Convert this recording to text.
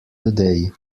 today